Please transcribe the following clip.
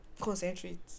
concentrate